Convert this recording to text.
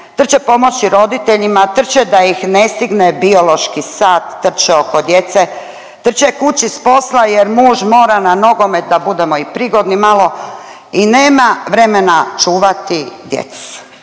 trče pomoći roditeljima, trče da ih ne stigne biološki sat, trče oko djece, trče kući s posla jer muž mora na nogomet, da budemo i prigodni malo i nema vremena čuvati djecu.